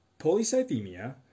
Polycythemia